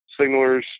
signalers